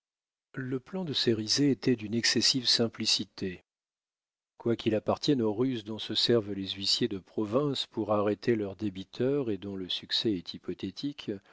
le plan de cérizet était d'une excessive simplicité quoi qu'il appartienne aux ruses dont se servent les huissiers de province pour arrêter leurs débiteurs et dont le succès est hypothétique